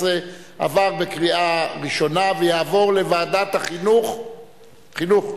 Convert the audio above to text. עברה בקריאה ראשונה ותועבר לוועדת הכלכלה